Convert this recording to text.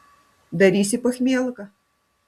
darysi pachmielką